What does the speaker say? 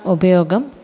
उपयोगम्